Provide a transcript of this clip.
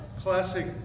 classic